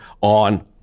on